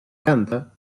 canta